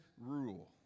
rule